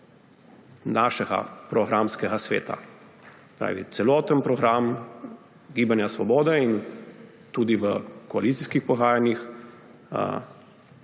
našega programskega sveta. Celoten program Gibanja Svoboda – in tudi v koalicijskih pogajanjih